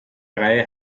reihe